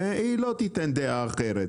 והיא לא תיתן דעה אחרת,